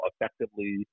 effectively